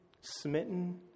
smitten